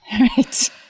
Right